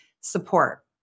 support